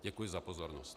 Děkuji za pozornost.